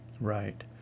Right